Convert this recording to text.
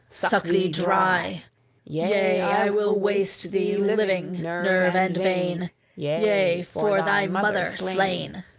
suck thee dry yea, i will waste thee living, nerve and vein yea, for thy mother slain,